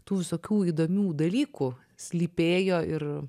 tų visokių įdomių dalykų slypėjo ir